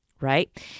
right